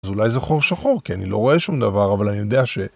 אז אולי זה חור שחור, כי אני לא רואה שום דבר, אבל אני יודע ש...